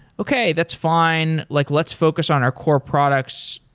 okay, that's fine. like let's focus on our core products.